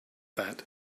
that